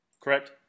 Correct